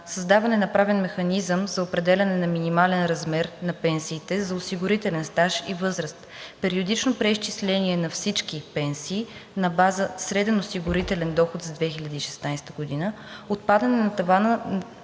създаване на правен механизъм за определяне на минимален размер на пенсиите за осигурителен стаж и възраст; периодично преизчисление на всички пенсии на база среден осигурителен доход за 2016 г.; отпадане на тавана